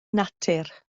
natur